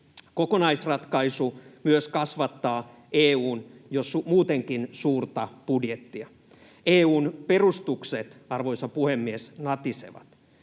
Kokonaisratkaisu myös kasvattaa EU:n jo muutenkin suurta budjettia. EU:n perustukset, arvoisa puhemies, natisevat.